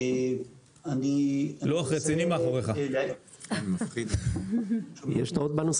הדיון בינתיים עוסק בעיקר בהכשרות